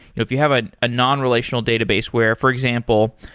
if you have a ah non-relational database where for example,